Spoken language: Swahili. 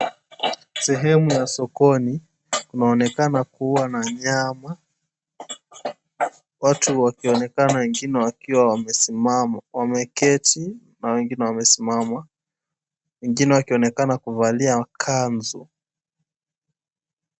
Sehemu ya sokoni, kunaonekana kuwa na nyama. Watu wakionekana wengine wakiwa wamesimama, wameketi na wengine wamesimama. Wengine wakionekana kuvalia kanzu.